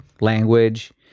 language